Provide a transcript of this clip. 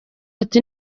ati